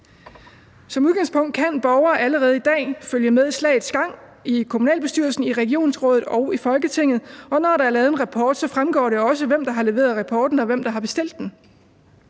Som udgangspunkt kan borgere allerede i dag følge med i slagets gang i kommunalbestyrelsen, i regionsrådet og i Folketinget, og når der er lavet en rapport, fremgår det også, hvem der har leveret rapporten, og hvem der har bestilt den.